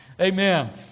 Amen